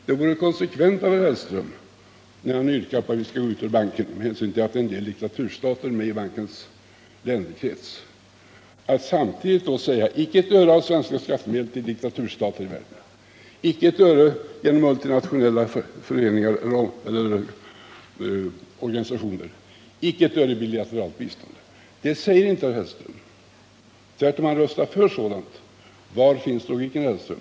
Det vore konsekvent av herr Hellström, när han yrkar på att Sverige skall utträda ur banken, med hänsyn till att en del diktaturstater är med i bankens länderkrets, att samtidigt säga: Icke ett öre av svenska skattemedel till diktaturstater i världen, icke ett öre genom multinationella organisationer, icke ett öre i bilateralt bistånd. Det säger inte herr Hellström. Tvärtom har han röstat för sådant. Var finns logiken, herr Hellström?